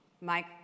Mike